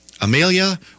Amelia